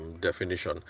definition